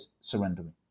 surrendering